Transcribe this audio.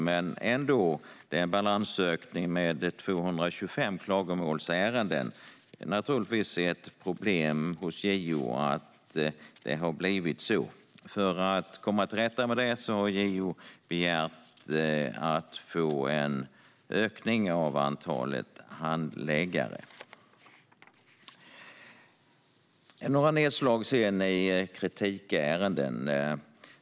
Det är ändå en balansökning med 225 klagomålsärenden, och det är naturligtvis ett problem hos JO att det har blivit så. För att komma till rätta med detta har JO begärt att få en ökning av antalet handläggare. Jag ska göra några nedslag i kritikärenden.